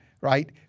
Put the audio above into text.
right